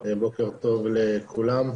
בוקר טוב לכולם.